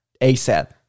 ASAP